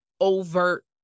overt